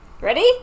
Ready